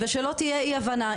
ושלא תהיה אי הבנה,